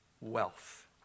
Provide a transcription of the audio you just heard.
wealth